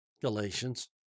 Galatians